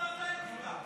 למה לוועדת האתיקה?